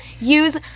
use